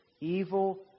evil